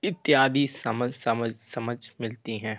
इत्यादि समझ समझ समझ मिलती हैं